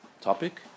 topic